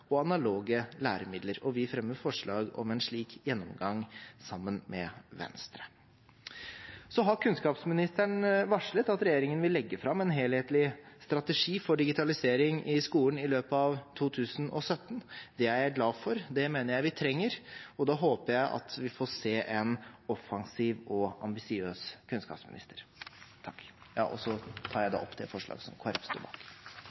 og analoge læremidler, og vi fremmer, sammen med Venstre, forslag om en slik gjennomgang. Kunnskapsministeren har varslet at regjeringen vil legge fram en helhetlig strategi for digitalisering i skolen i løpet av 2017. Det er jeg glad for. Det mener jeg vi trenger. Og da håper jeg vi får se en offensiv og ambisiøs kunnskapsminister. Digitale tenester og digitale verktøy er i dag så